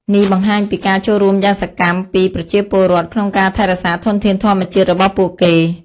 នេះបង្ហាញពីការចូលរួមយ៉ាងសកម្មពីប្រជាពលរដ្ឋក្នុងការថែរក្សាធនធានធម្មជាតិរបស់ពួកគេ។